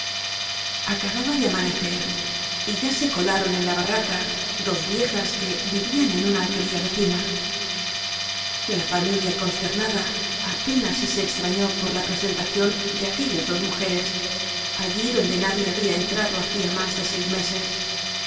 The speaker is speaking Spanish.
acababa de amanecer y ya se colaron en la barraca clos viejas que vivían en una alquería vecina la familia consternada ape nas si se extrañó por la presentación de aque llas dos mujeres allí donde nadie había en trado hacía más de seis meses